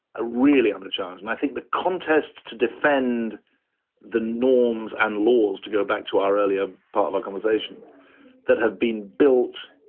ah really on the chance. and i think the contest to defend the norms and laws, to go back to our earlier part of our conversation that have been built.